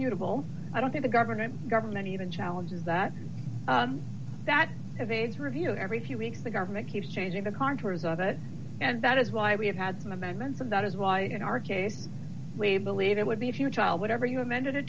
indisputable i don't think the government government even challenges that that have aids or you know every few weeks the government keeps changing the contours of it and that is why we have had some amendments and that is why in our case we believe it would be if you child whatever you amended